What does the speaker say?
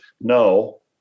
No